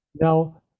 Now